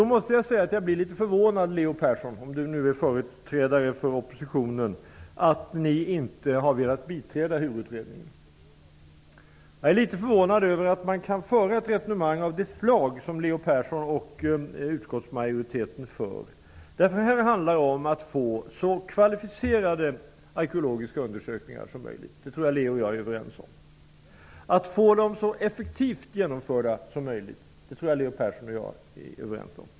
Jag måste säga att jag blev litet förvånad, Leo Persson -- om nu Leo Persson är företrädare för oppositionen -- att ni inte har velat biträda HUR utredningens förslag. Jag är litet förvånad att man kan föra ett resonemang av det slag som Leo Persson och utskottsmajoriteten för. Här handlar det om att få så kvalificerade arkeologiska undersökningar som möjligt -- det tror jag att Leo Persson och jag är överens om -- att få dem genomförda så effektivt som möjligt.